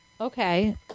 Okay